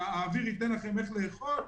האוויר ייתן לכם איך לאכול.